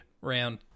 round